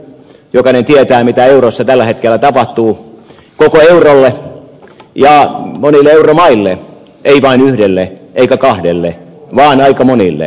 jokainen tietää mitä eurossa tällä hetkellä tapahtuu koko eurolle ja monille euromaille ei vain yhdelle eikä kahdelle vaan aika monille